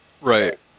Right